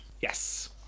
Yes